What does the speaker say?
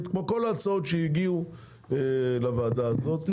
כמו כל ההצעות שהגיעו לוועדה הזאת,